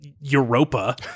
Europa